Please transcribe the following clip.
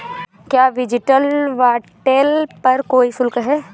क्या digital wallet पर कोई शुल्क है?